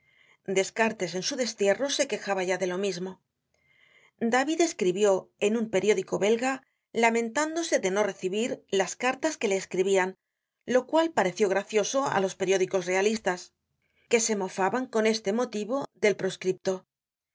descartes en su destierro se quejaba ya de lo mismo david escribió en un periódico belga lamentándose de no recibir las cartas que le escribian lo cual pareció gracioso á los periódicos realis tas que se mofaban con este motivo del proscripto